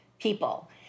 people